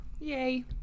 yay